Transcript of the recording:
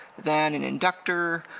then an inductor,